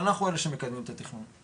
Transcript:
ואנחנו אלה שמקדמים את התכנון,